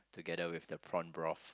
together with the prawn broth